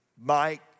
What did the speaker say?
Mike